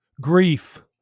Grief